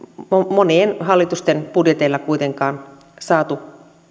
monien hallitusten budjeteilla kuitenkaan saatu